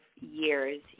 years